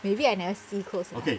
maybe I never see close enough